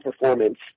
performance